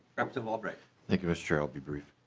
of all right thank you. mister will be brief.